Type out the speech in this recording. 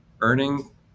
earning